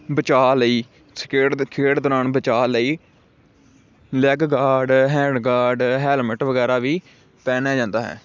ਬਚਾਅ ਲਈ ਖੇਡ ਖੇਡ ਦੌਰਾਨ ਬਚਾਅ ਲਈ leg guard hand guard helmet ਵਗੈਰਾ ਵੀ ਪਹਿਨਿਆ ਜਾਂਦਾ ਹੈ